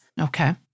Okay